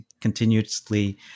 continuously